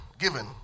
Given